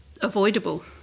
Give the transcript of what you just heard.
avoidable